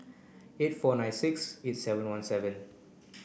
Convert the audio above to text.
eight four nine six eight seven one seven